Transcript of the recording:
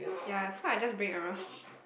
ya so I just bring around